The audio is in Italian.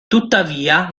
tuttavia